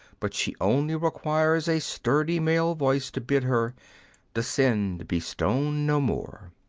but she only requires a sturdy male voice to bid her descend, be stone no more!